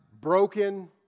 Broken